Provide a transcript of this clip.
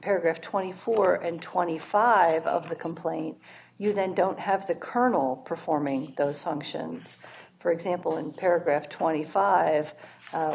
paragraph twenty four and twenty five of the complaint you then don't have the kernel performing those functions for example in paragraph twenty five